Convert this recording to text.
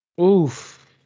Oof